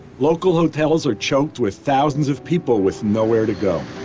local hotels are choked with thousands of people with nowhere to go.